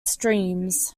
streams